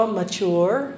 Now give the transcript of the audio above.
mature